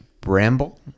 Bramble